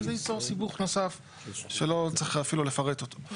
כי זה ייצור סיבוך נוסף שלא צריך אפילו לפרט אותו.